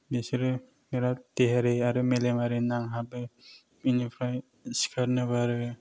बिसोरो बेराद देहायारि आरो मेलेमारि नांहाबो बिनिफ्राय सिखारनो बारो